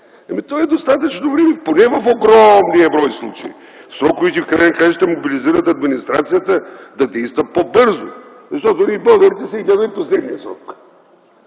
Има достатъчно време поне в огромния брой случаи. Сроковете в края на краищата мобилизират администрацията да действа по-бързо. Защото ние българите все гледаме последния срок.